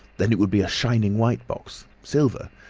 then it would be a shining white box. silver!